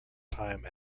time